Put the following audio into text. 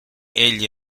egli